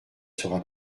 sera